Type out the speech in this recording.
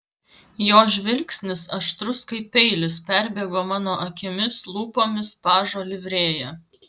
jo žvilgsnis aštrus kaip peilis perbėgo mano akimis lūpomis pažo livrėja